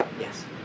Yes